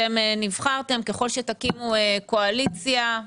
אתם נבחרתם, ככל שתקימו קואליציה,